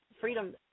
Freedom